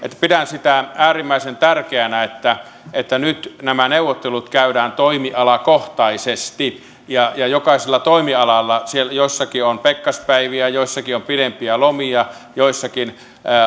pidän äärimmäisen tärkeänä että että nyt nämä neuvottelut käydään toimialakohtaisesti ja ja jokaisella toimialalla joissakin on pekkaspäiviä joissakin on pidempiä lomia joissakin